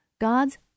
God's